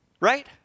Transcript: right